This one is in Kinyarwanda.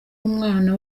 umwana